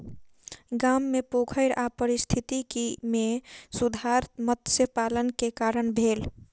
गाम मे पोखैर आ पारिस्थितिकी मे सुधार मत्स्य पालन के कारण भेल